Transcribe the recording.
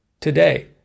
today